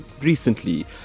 recently